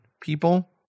people